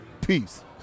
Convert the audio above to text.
Peace